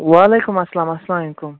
وعلیکم اَسلام اسلامُ علیکم